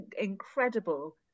incredible